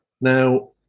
Now